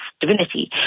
divinity